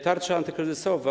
Tarcza antykryzysowa.